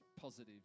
positive